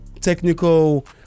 technical